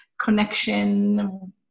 connection